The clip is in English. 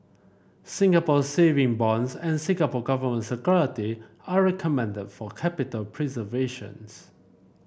Singapore Saving Bonds and Singapore Government Security are recommended for capital preservations